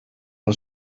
van